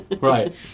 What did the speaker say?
Right